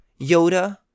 Yoda